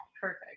Perfect